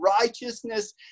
righteousness